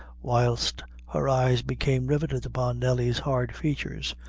whilst her eyes became riveted upon nelly's hard features.